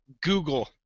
google